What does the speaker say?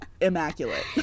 immaculate